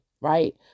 right